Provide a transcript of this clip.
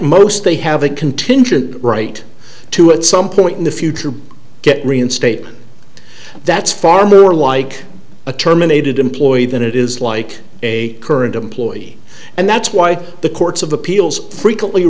most they have a contingent right to at some point in the future to get reinstatement that's far more like a terminated employee than it is like a current employee and that's why the courts of appeals frequently